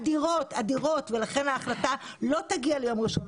אדירות - ההחלטה לא תגיע לישיבת הממשלה ביום ראשון